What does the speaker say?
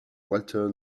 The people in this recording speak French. walter